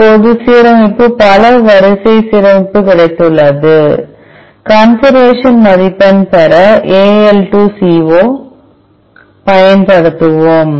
இப்போது சீரமைப்பு பல வரிசை சீரமைப்பு கிடைத்துள்ளது கன்சர்வேஷன் மதிப்பெண் பெற AL2CO பயன்படுத்துவோம்